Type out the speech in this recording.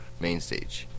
Mainstage